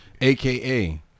AKA